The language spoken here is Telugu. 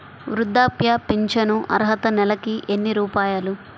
వృద్ధాప్య ఫింఛను అర్హత నెలకి ఎన్ని రూపాయలు?